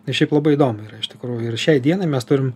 ir šiaip labai įdomu yra iš tikrųjų ir šiai dienai mes turim